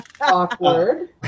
Awkward